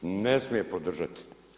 Ne smije podržati.